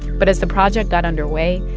but as the project got underway,